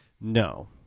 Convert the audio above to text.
No